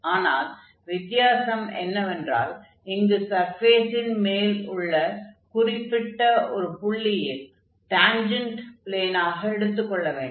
ஆனால் வித்தியாசம் என்னவென்றால் இங்கு சர்ஃபேஸின் மேல் உள்ள குறிப்பிட்ட ஒரு புள்ளியின் டான்ஜென்ட் ப்ளேனாக எடுத்துக் கொள்ள வேண்டும்